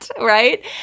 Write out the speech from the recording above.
right